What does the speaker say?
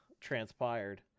transpired